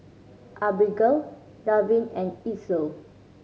Abigale Davin and Itzel